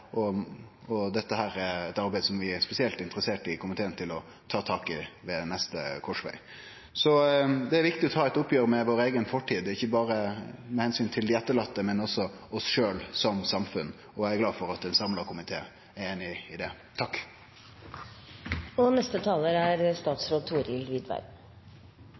massegravene, og dette er eit arbeid som vi i komiteen er spesielt interesserte i å ta tak i ved neste korsveg. Det er viktig å ta eit oppgjer med vår eiga fortid, ikkje berre av omsyn til dei etterlatne, men også til oss sjølve som samfunn, og eg er glad for at ein samla komité er einig i det.